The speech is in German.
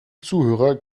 zuhörer